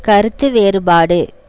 கருத்து வேறுபாடு